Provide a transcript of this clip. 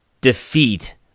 defeat